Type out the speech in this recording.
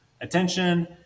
attention